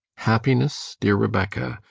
happiness, dear rebecca,